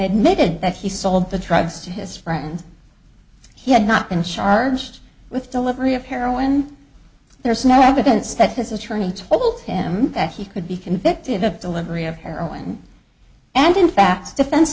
admitted that he sold the drugs to his friend he had not been charged with delivery of heroin there is no evidence that his attorney told him that he could be convicted of delivery of heroin and in fact defense